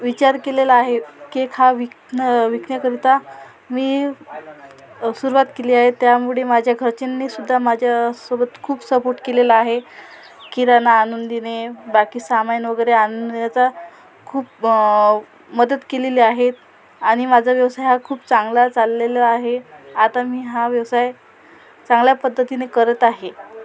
विचार केलेला आहे केक हा विकणं विकण्याकरिता मी सुरवात केली आहे त्यामुळे माझ्या घरच्यांनी सुद्धा माझ्यासोबत खूप सपोर्ट केलेला आहे किराणा आणून देणे बाकी सामाईन वगैरे आणून देता खूप मदत केलेली आहे आणि माझा व्यवसाय हा खूप चांगला चाललेलं आहे आता मी हा व्यवसाय चांगल्या पद्धतीने करत आहे